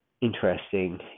interesting